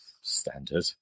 standard